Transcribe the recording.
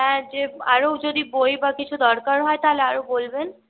হ্যাঁ যে আরও যদি বই বা কিছু দরকার হয় তাহলে আরও বলবেন